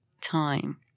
time